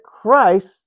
Christ